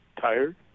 Tired